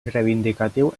reivindicatiu